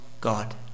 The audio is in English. God